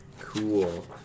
Cool